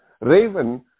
Raven